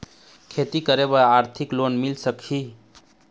खेती करे बर आरथिक लोन मिल सकही?